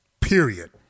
period